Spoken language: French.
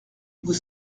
vous